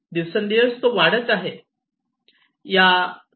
दिवसेंदिवस तो वाढत आहे